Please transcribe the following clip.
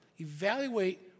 Evaluate